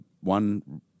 one